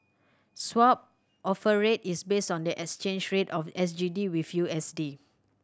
Swap Offer Rate is based on the exchange rate of S G D with U S D